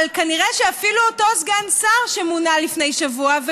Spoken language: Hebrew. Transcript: אבל כנראה שאפילו אותו סגן שר שמונה לפני שבוע,